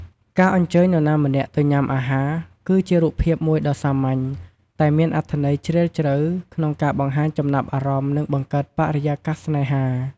ការអញ្ជើញនរណាម្នាក់ទៅញ៉ាំអាហារ គឺជារូបភាពមួយដ៏សាមញ្ញ តែមានអត្ថន័យជ្រាលជ្រៅក្នុងការបង្ហាញចំណាប់អារម្មណ៍ និងបង្កើតបរិយាកាសស្នេហា។